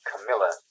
Camilla